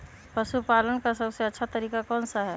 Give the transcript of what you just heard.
पशु पालन का सबसे अच्छा तरीका कौन सा हैँ?